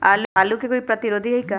आलू के कोई प्रतिरोधी है का?